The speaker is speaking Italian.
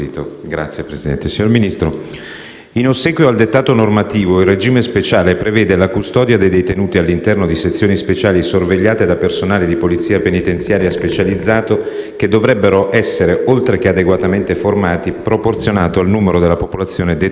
in ossequio al dettato normativo, il regime speciale prevede la custodia dei detenuti all'interno di sezioni speciali sorvegliate da personale di polizia penitenziaria specializzato che dovrebbe essere, oltre che adeguatamente formato, proporzionato nei numeri alla popolazione detenuta destinataria di tale regime.